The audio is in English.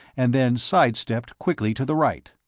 and then side-stepped quickly to the right.